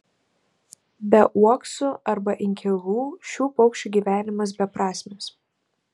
be uoksų arba inkilų šių paukščių gyvenimas beprasmis